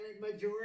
majority